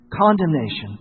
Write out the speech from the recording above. Condemnation